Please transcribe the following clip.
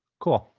cool.